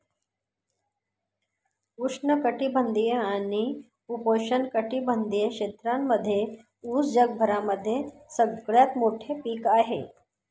उष्ण कटिबंधीय आणि उपोष्ण कटिबंधीय क्षेत्रांमध्ये उस जगभरामध्ये सगळ्यात मोठे पीक आहे